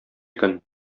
көн